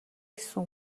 гэсэн